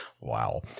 Wow